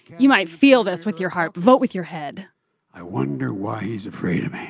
you might feel this with your heart, vote with your head i wonder why he's afraid of